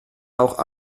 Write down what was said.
auch